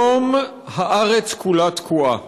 היום הארץ כולה תקועה,